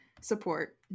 support